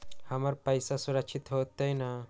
हमर पईसा सुरक्षित होतई न?